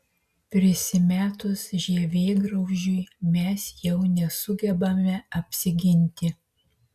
prisimetus žievėgraužiui mes jau nesugebame apsiginti